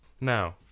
Now